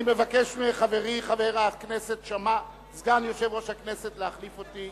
אני מבקש מחברי חבר הכנסת שאמה להחליף אותי